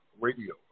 Radio